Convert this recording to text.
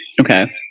Okay